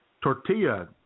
tortilla